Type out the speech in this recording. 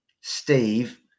Steve